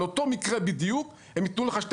על אותו מקרה בדיוק הם ייתנו לך שתי